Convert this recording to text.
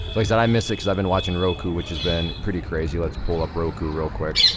like that i miss cus i've been watching roku which has been pretty crazy. let's pull up roku real quick,